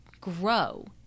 grow